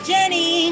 Jenny